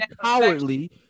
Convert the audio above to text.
cowardly